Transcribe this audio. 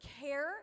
care